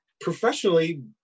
professionally